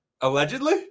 Allegedly